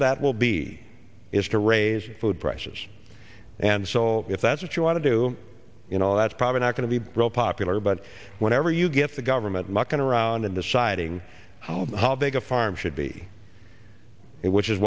of that will be is to raise food prices and so if that's what you want to do you know that's probably not going to be broke popular but whenever you get the government mucking around in deciding how big a farm should be it which is